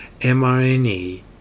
mRNA